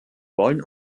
wollen